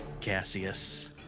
Cassius